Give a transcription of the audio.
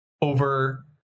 over